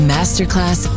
Masterclass